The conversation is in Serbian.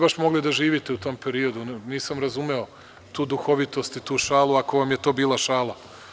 Niste baš mogli da živite u tom periodu, nisam razumeo tu duhovitost i tu šalu, ako vam je to bila šala.